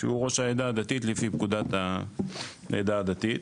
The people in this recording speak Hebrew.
שהוא ראש העדה הדתית לפי פקודת העדה הדתית.